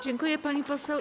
Dziękuję, pani poseł.